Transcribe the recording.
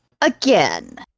again